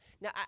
Now